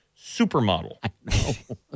supermodel